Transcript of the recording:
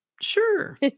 sure